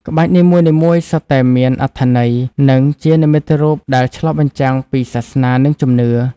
ក្បាច់នីមួយៗសុទ្ធតែមានអត្ថន័យ និងជានិមិត្តរូបដែលឆ្លុះបញ្ចាំងពីសាសនា និងជំនឿ។